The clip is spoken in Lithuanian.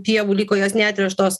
pievų liko jos netręštos